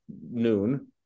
noon